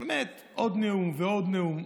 עוד נאום ועוד נאום,